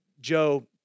Joe